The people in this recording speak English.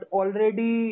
already